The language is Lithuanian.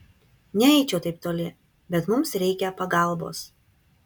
neeičiau taip toli bet mums reikia pagalbos